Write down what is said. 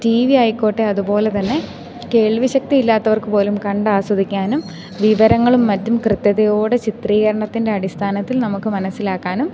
tea V ആയിക്കോട്ടെ അതു പോലെ തന്നെ കേൾവി ശക്തി ഇല്ലാത്തവർക്കു പോലും കണ്ടാസ്വദിക്കാനും വിവരങ്ങളും മറ്റും കൃത്യതയോടെ ചിത്രീകരണത്തിൻ്റെ അടിസ്ഥാനത്തിൽ നമുക്ക് മനസ്സിലാക്കാനും